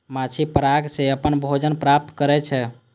माछी पराग सं अपन भोजन प्राप्त करै छै